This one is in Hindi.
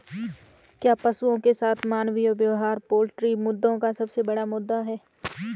क्या पशुओं के साथ मानवीय व्यवहार पोल्ट्री मुद्दों का सबसे बड़ा मुद्दा है?